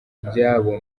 byabo